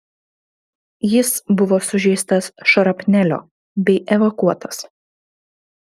jis buvo sužeistas šrapnelio bei evakuotas